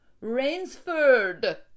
rainsford